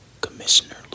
Commissioner